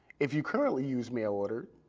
if you currently use mail order,